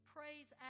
Praise